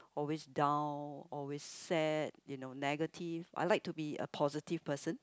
always down always sad you know negative I like to be a positive person